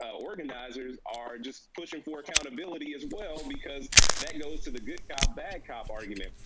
organizers are just pushin' for accountability as well because that goes to the good cop bad cop argument.